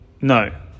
no